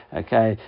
okay